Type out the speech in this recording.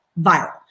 viral